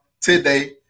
today